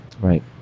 Right